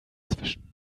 zwischen